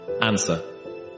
Answer